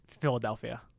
Philadelphia